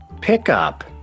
Pickup